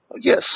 Yes